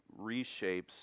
reshapes